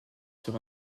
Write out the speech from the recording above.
sur